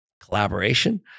collaboration